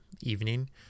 evening